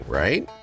right